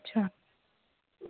اچھا